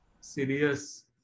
serious